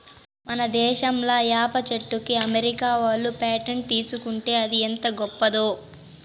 మన దేశంలా ఏప చెట్టుకి అమెరికా ఓళ్ళు పేటెంట్ తీసుకుంటే అది ఎంత గొప్పదో